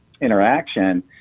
interaction